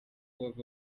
bava